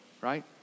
right